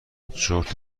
چرت